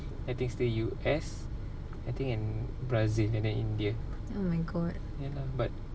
oh my god